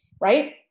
right